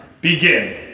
Begin